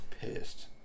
pissed